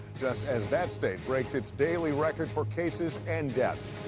just as that state breaks its daily record for cases and deaths.